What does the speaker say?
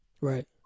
right